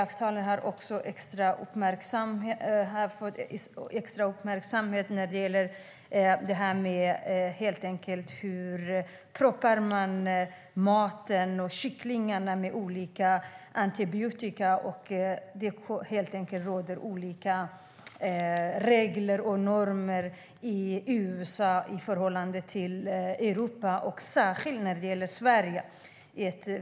Avtalen har fått extra uppmärksamhet när det gäller hur man proppar olika antibiotika i mat, till exempel i kyckling. Det är andra regler och normer i USA än i Europa och särskilt Sverige.